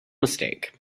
mistake